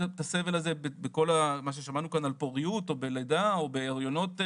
הסבל הזה בכל מה ששמענו פה על פוריות או בלידה או בהריונות קשים.